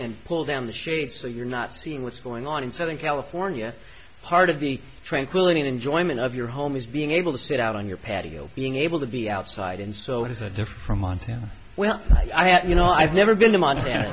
and pull down the shades so you're not seeing what's going on in southern california part of the tranquility and enjoyment of your home is being able to sit out on your patio being able to be outside and so it is a different from montana well i don't you know i've never been to montana